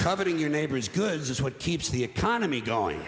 coveting your neighbor's goods is what keeps the economy going